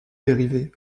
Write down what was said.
dérivé